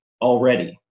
already